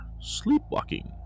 sleepwalking